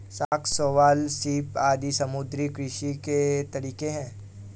शंख, शैवाल, सीप आदि समुद्री कृषि के तरीके है